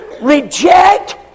reject